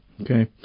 Okay